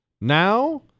Now